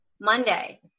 Monday